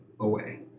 away